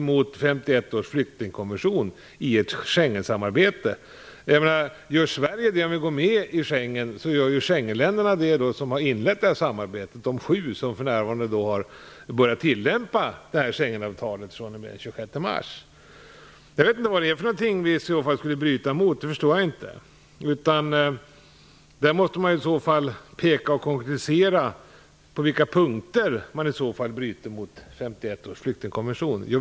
Gör Sverige det om vi går med i Schengensamarbetet, så gör de övriga sju Schengenländerna det som redan inlett samarbetet och börjat tillämpa Schengenavtalet fr.o.m. den 26 mars. Jag vet inte vad det är vi i så fall skulle bryta mot. Det förstår jag inte. Man måste i så fall konkretisera och peka ut på vilka punkter vi i så fall bryter mot 1951 års flyktingkonvention.